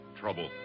Trouble